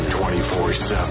24-7